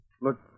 Look